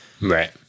Right